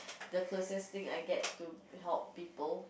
the closest thing I get to help people